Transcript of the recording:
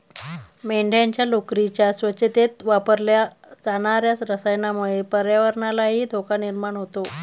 मेंढ्यांच्या लोकरीच्या स्वच्छतेत वापरल्या जाणार्या रसायनामुळे पर्यावरणालाही धोका निर्माण होतो